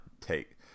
take